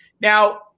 Now